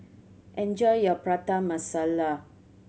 enjoy your Prata Masala